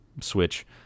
switch